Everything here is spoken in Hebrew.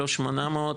לא 800,